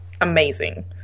amazing